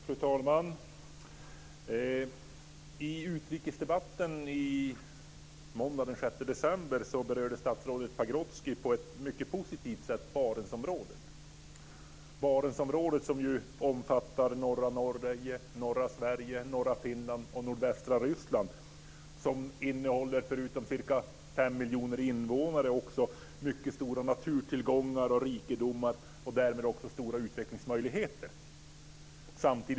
Fru talman! I utrikesdebatten måndagen den 6 december berörde statsrådet Pagrotsky på ett mycket positivt sätt Barentsområdet, som ju omfattar norra Ryssland. Området rymmer förutom ca fem miljoner invånare också mycket stora naturtillgångar och rikedomar och därmed också stora utvecklingsmöjligheter.